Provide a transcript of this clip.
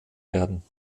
werden